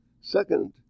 second